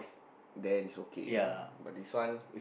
then it's okay ah but this one